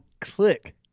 click